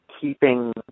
keeping